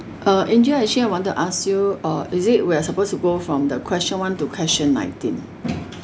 uh eh joy actually I want to ask you uh is it we're supposed to go from the question one to question nineteen